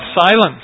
silence